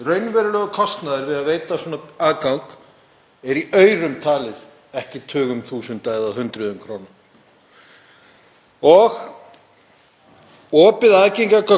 Opið aðgengi að gögnum hefur alls staðar þar sem það er innleitt skapað ný tækifæri, bæði fyrir nýsköpun, rannsóknir og gagnrýna samfélagsskoðun fjölmiðla.